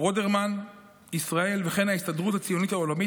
רודרמן ישראל וההסתדרות הציונית העולמית,